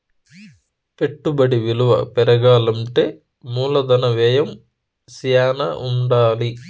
పెట్టుబడి విలువ పెరగాలంటే మూలధన వ్యయం శ్యానా ఉండాలి